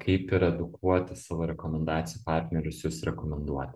kaip ir edukuoti savo rekomendacijų partnerius jus rekomenduoti